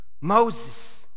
Moses